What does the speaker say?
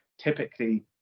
typically